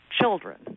children